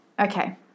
Okay